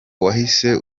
wahise